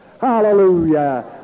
Hallelujah